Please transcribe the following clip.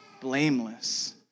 blameless